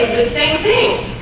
same thing